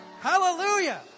Hallelujah